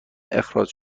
اخراج